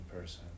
person